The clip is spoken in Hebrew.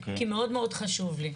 כי מאוד מאוד חשוב לי,